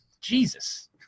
Jesus